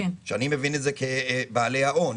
שאני מבין את זה כבעלי ההון,